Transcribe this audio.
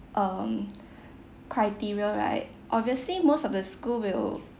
um criteria right obviously most of the school will